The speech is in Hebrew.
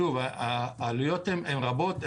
שוב, העלויות הן רבות.